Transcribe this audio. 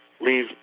leave